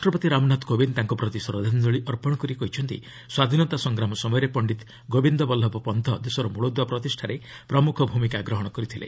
ରାଷ୍ଟ୍ରପତି ରାମନାଥ କୋବିନ୍ଦ ତାଙ୍କ ପ୍ରତି ଶ୍ରଦ୍ଧାଞ୍ଜଳୀ ଅର୍ପଣ କରି କହିଛନ୍ତି ସ୍ୱାଧୀନତା ସଂଗ୍ରାମ ସମୟରେ ପଣ୍ଡିତ ଗୋବିନ୍ଦ ବଲ୍ଲଭ ପନ୍ତ ଦେଶର ମୂଳଦୁଆ ପ୍ରତିଷାରେ ପ୍ରମୁଖ ଭୂମିକା ଗ୍ରହଣ କରିଥିଲେ